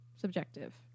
Subjective